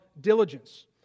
diligence